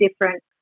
different